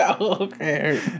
Okay